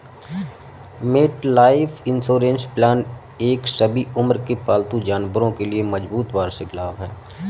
MetLife insurance plan एक सभी उम्र के पालतू जानवरों के लिए मजबूत वार्षिक लाभ है